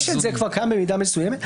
זה כבר קיים במידה מסוימת.